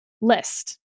list